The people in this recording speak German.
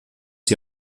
die